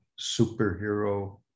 superhero